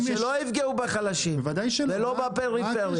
אבל שלא יפגעו בחלשים ולא יפגעו בפריפריה.